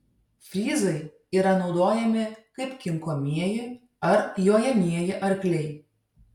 fryzai yra naudojami kaip kinkomieji ar jojamieji arkliai